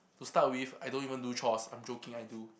to start with I don't even do chores I'm joking I do